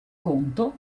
conto